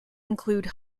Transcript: include